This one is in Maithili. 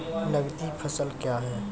नगदी फसल क्या हैं?